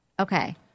Okay